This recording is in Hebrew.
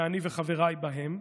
ואני וחבריי בהם,